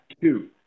two